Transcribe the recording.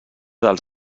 dels